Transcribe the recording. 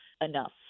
Enough